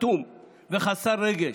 אטום וחסר רגש,